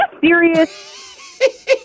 serious